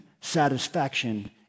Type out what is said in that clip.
satisfaction